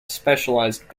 specialized